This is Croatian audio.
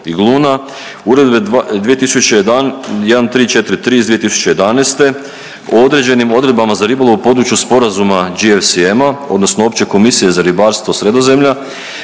Uredbe 1343/2011 o određenim odredbama za ribolov u području Sporazuma GFCM-a odnosno Opće komisije za ribarstvo Sredozemlja